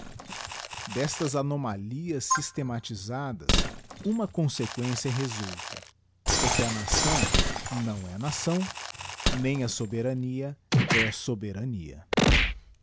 destas anomalias systematisadas uma consequen cia resulta é que a nação não é nação nem a soberania é soberania